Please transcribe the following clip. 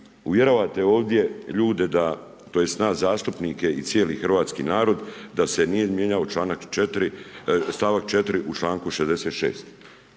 uvjeravate ovdje ljude, tj. nas zastupnike i cijeli hrvatski narod sa se nije mijenjao stavak 4. u članku 66.